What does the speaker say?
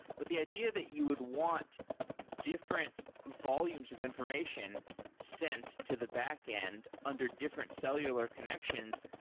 but the idea that you would want different volumes of information sent to the backend under different cellular connections,